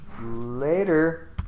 Later